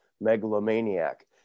megalomaniac